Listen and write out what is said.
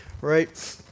right